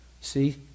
See